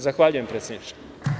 Zahvaljujem predsedniče.